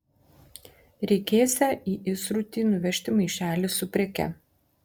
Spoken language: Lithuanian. reikėsią į įsrutį nuvežti maišelį su preke